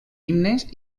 himnes